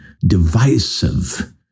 divisive